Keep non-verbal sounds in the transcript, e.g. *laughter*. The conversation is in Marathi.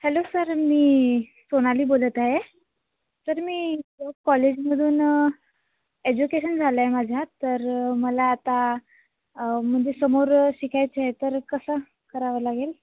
हॅलो सर मी सोनाली बोलत आहे सर मी *unintelligible* कॉलेजमधून एज्युकेशन झालं आहे माझ्या तर मला आता म्हणजे समोर शिकायचं आहे तर कसं करावं लागेल